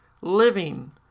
living